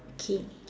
okay